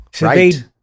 Right